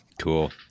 cool